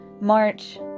March